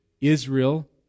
Israel